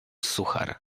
suchar